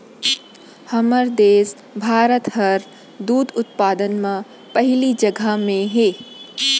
हमर देस भारत हर दूद उत्पादन म पहिली जघा म हे